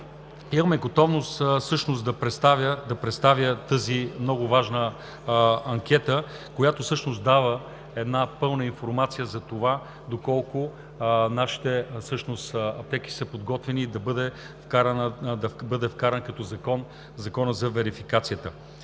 Имам готовност всъщност да представя тази много важна анкета, която дава една пълна информация за това доколко нашите аптеки са подготвени да бъде вкаран като закон Законът за верификацията.